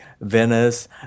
Venice